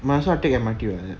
might as well take M_R_T [what]